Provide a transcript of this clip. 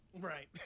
Right